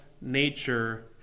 nature